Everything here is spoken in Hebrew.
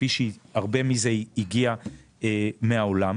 כפי שהרבה מזה הגיע מהעולם,